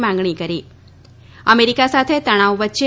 માંગણી કરી અમેરિકા સાથે તણાવ વચ્ચે